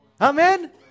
Amen